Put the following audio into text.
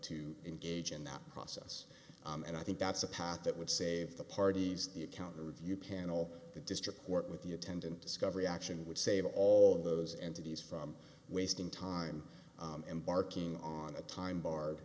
to engage in that process and i think that's a path that would save the parties the accounting review panel the district court with the attendant discovery action would save all those entities from wasting time embarking on a time barred